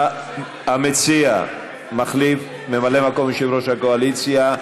הציע ממלא מקום יושב-ראש הקואליציה,